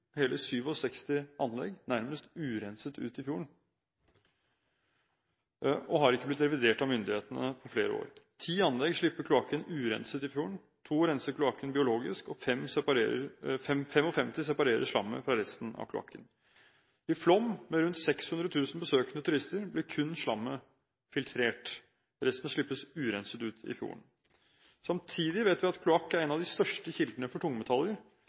hele 67 anlegg, nærmest urenset ut i fjorden og har ikke blitt revidert av myndighetene på flere år. Ti anlegg slipper kloakken urenset ut i fjorden, to renser kloakken biologisk, og 55 separerer slammet fra resten av kloakken. I Flåm, med rundt 600 000 besøkende turister, blir kun slammet filtrert, resten slippes urenset ut i fjorden. Samtidig vet vi at kloakk er en av de største kildene for